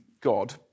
God